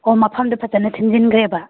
ꯍꯣ ꯃꯐꯝꯗꯣ ꯐꯖꯅ ꯁꯦꯝꯖꯤꯟꯒ꯭ꯔꯦꯕ